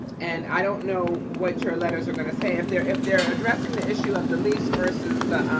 and i don't know what your letters are gonna say. if they're if they're addressing the issue of the lease versus the